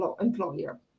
employer